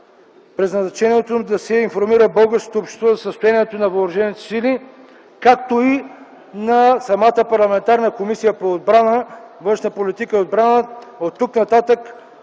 предназначението да се информира българското общество за състоянието на въоръжените сили, както и на самата парламентарна Комисия по външна политика и отбрана, оттук нататък